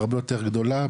הרבה יותר גדולה,